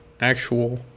actual